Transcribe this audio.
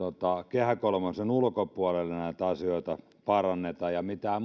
kehä kolmosen ulkopuolella näitä asioita paranneta tai mitään